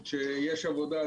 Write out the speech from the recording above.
שכשיש עבודה,